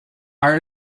our